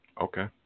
okay